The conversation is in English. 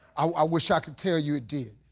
i wish i could tell you it did.